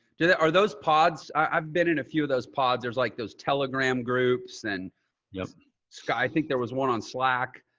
yeah that. are those pods i've been in a few of those pods. there's like those telegram groups and yeah sky, i think there was one on slack,